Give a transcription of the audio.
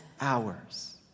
hours